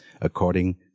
according